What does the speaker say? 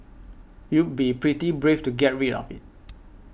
you'd be pretty brave to get rid of it